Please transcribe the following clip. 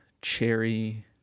cherry